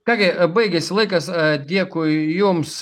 ką gi baigėsi laikas dėkui jums